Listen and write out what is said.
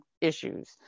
issues